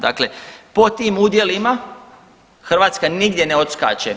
Dakle, po tim udjelima Hrvatska nigdje ne odskače.